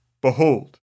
Behold